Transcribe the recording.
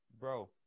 Bro